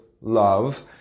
love